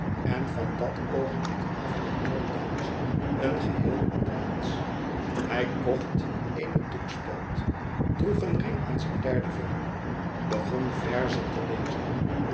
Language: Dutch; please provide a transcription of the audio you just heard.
en van dat oogenblik af werd john bounce een geheel ander mensch hij kocht eene doekspeld droeg een ring aan zijn derden vinger begon verzen te lezen